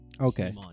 Okay